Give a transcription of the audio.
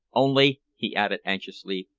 only, he added anxiously,